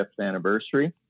anniversary